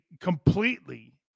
completely